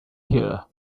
here